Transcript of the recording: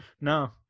no